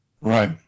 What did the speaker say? Right